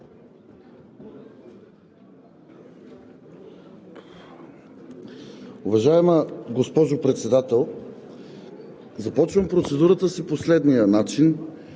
Уважаема госпожо Председател! Започвам процедурата си по следния начин: